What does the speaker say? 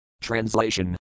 Translation